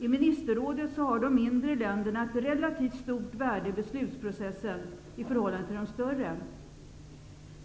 I Ministerrådet har de mindre länderna ett relativt stort värde i beslutsprocessen i förhållande till de större.